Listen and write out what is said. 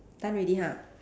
done already ha